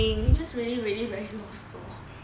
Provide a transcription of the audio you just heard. she just really really very 啰嗦